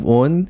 on